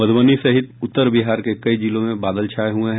मधुबनी सहित उत्तर बिहार के कई जिलों में बादल छाये हुए हैं